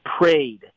prayed